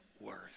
worth